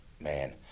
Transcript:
man